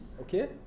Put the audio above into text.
okay